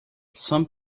some